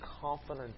confident